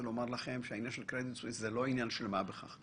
העניין של קרדיט סוויס זה לא עניין של מה בכך,